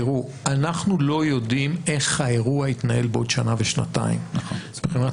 אנחנו לא יודעים איך האירוע יתנהל בעוד שנה ושנתיים מבחינת